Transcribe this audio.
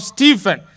Stephen